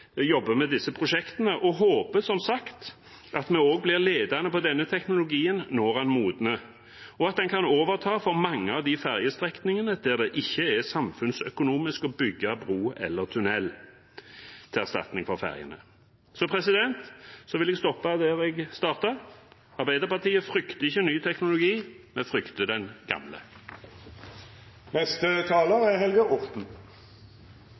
jobber med disse prosjektene og håper som sagt at vi også blir ledende på denne teknologien når den modner – og at den kan overta for mange av de fergestrekningene der det ikke er samfunnsøkonomisk å bygge bro eller tunnel til erstatning for fergene. Jeg vil stoppe der jeg startet: Arbeiderpartiet frykter ikke ny teknologi, vi frykter den